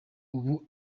ubu